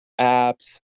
apps